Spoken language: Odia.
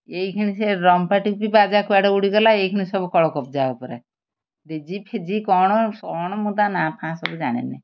ଏଇଖିଣି ସେ ଡ୍ରମ୍ ପାର୍ଟି ବି ବାଜା କୁଆଡ଼େ ଉଡ଼ିଗଲା ଏଇଖିଣି ସବୁ କଳକବ୍ଯା ଉପରେ ଡିଜି ଫେଜି କ'ଣ କ'ଣ ମୁଁ ତା ନାଁ ଫାଁ ସବୁ ଜାଣିନି